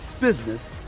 business